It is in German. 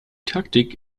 taktik